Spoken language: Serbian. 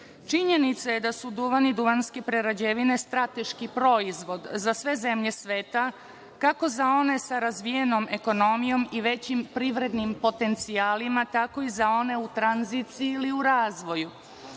je da su duvan i duvanske prerađevine strateški proizvod za sve zemlje sveta, kako za one sa razvijenom ekonomijom i većim privrednim potencijalima, tako i za one u tranziciji ili u razvoju. Brojni